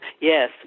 Yes